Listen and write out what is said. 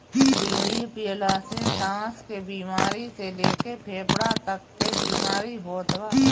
बीड़ी पियला से साँस के बेमारी से लेके फेफड़ा तक के बीमारी होत बा